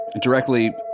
directly